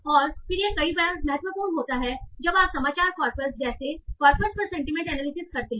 और फिर यह कई बार महत्वपूर्ण होता है जब आप समाचार कॉर्पस जैसे कॉर्पस पर सेंटीमेंट एनालिसिस करते हैं